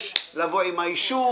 יש אישור,